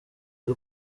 y’u